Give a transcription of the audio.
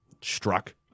struck